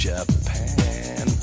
Japan